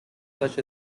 such